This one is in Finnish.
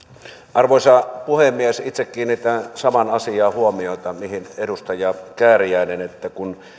arvoisa puhemies itse kiinnitän samaan asiaan huomiota mihin edustaja kääriäinen että kun